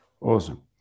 Awesome